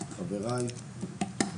חבריי,